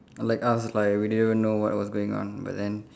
like us like we didn't even know what was going on but then